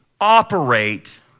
operate